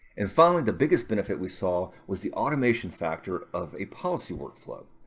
and finally, the biggest benefit we saw was the automation factor of a policy workflow.